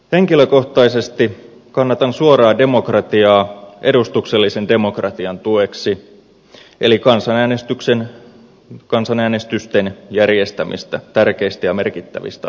henkilökohtaisesti kannatan suoraa demokratiaa edustuksellisen demokratian tueksi eli kansanäänestysten järjestämistä tärkeistä ja merkittävistä asioista